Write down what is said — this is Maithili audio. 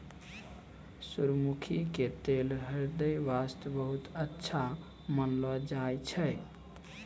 सूरजमुखी के तेल ह्रदय वास्तॅ बहुत अच्छा मानलो जाय छै